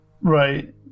Right